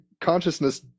consciousness